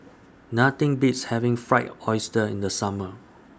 Nothing Beats having Fried Oyster in The Summer